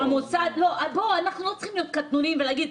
--- אנחנו לא צריכים להיות קטנוניים ולהגיד,